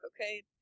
okay